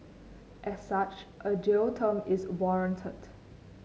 as such a jail term is warranted